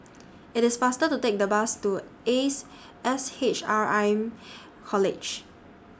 IT IS faster to Take The Bus to Ace S H R M College